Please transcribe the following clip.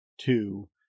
Two